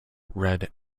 red